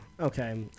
Okay